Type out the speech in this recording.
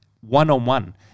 one-on-one